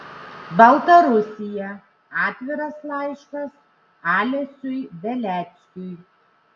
baltarusija atviras laiškas alesiui beliackiui